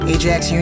Ajax